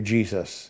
Jesus